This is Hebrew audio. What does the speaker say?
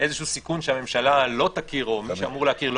איזשהו סיכון שהממשלה לא תכיר או מי שאמור להכיר לא